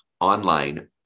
online